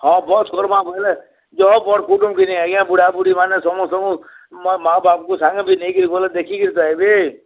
ହଁ ବସ୍ କର୍ମା ବେଲେ ଜହ ବଡ଼୍ କୁଟୁମ୍ କି ନି ଆଜ୍ଞା ବୁଢ଼ାବୁଢ଼ୀ ମାନେ ସମସ୍ତଙ୍କୁ ମୋ ମାଆ ବାପ୍ କୁ ସାଙ୍ଗେ ବି ନେଇକିରି ଗଲେ ଦେଖିକିରି ତ ଆଏବେ